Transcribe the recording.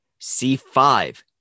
C5